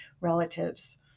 relatives